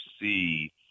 see